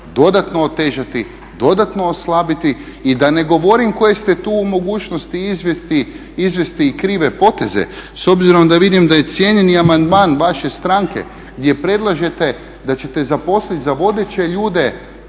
dodatno otežati, dodatno oslabiti i da ne govorim u kojoj ste tu mogućnosti izvesti i krive poteze. S obzirom da vidim da je cijenjeni amandman vaše stranke gdje predlažete da ćete zaposliti za vodeće ljude